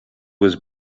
was